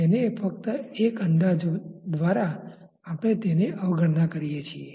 તેને ફક્ત એક અંદાજ દ્વારા આપણે તેની અવગણના કરીએ છીએ